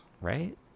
Right